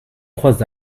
trois